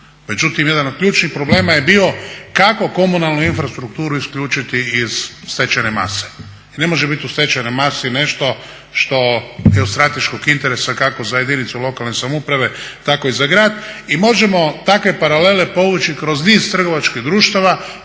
Međutim, jedan od ključnih problema je bio kako komunalnu infrastrukturu isključiti iz stečajne mase jer ne može biti u stečajnoj masi nešto što je od strateškog interesa kako za jedinicu lokalne samouprave tako i za grad. I možemo takve paralele povući kroz niz trgovačkih društava